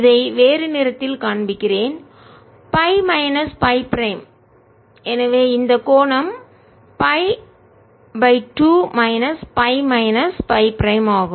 இதை வேறு நிறத்தில் காண்பிக்கிறேன் Φ மைனஸ் Φ பிரைம் எனவே இந்த கோணம் pi 2 minus pi minus pi prime ஆகும்